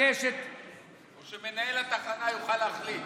או שמנהל התחנה יוכל להחליט?